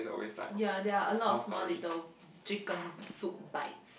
ya there're a lot of small little chicken soup bites